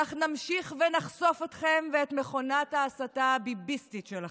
כך נמשיך ונחשוף אתכם ואת מכונת ההסתה הביביסטית שלכם.